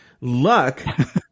luck